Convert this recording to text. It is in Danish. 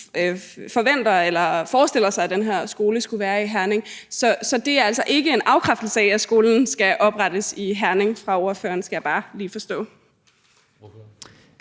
forventer eller forestiller sig, at den her skole skulle være i Herning. Så det er altså ikke en afkræftelse af, at skolen skal oprettes i Herning fra ordførerens side? Det skal jeg bare lige forstå.